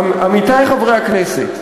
עמיתי חברי הכנסת,